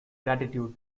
gratitude